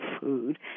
food